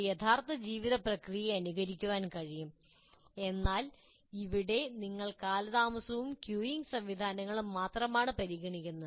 ഒരു യഥാർത്ഥ ജീവിത പ്രക്രിയ അനുകരിക്കാൻ കഴിയും എന്നാൽ ഇവിടെ ഞങ്ങൾ കാലതാമസവും ക്യൂയിംഗ് സംവിധാനങ്ങളും മാത്രമാണ് പരിഗണിക്കുന്നത്